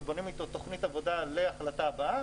ובונים אתו תכנית עבודה להחלטה הבאה,